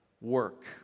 work